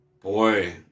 Boy